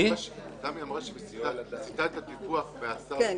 תמי אמרה שהיא מסיטה את הדיווח -- כן,